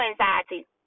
anxiety